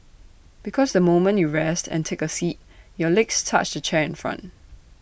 because the moment you rest and take A seat your legs touch the chair in front